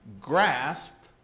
grasped